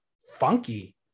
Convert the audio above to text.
funky